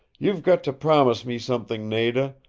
you've got to promise me something, nada.